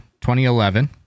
2011